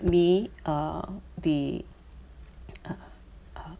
me uh the uh